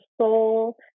soul